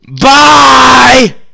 Bye